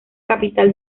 capital